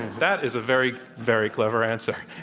that is a very, very clever answer.